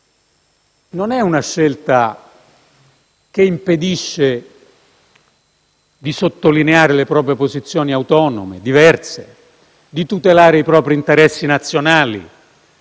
sapendo che essa non impedisce di sottolineare le posizioni autonome, diverse, di tutelare i propri interessi nazionali,